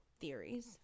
theories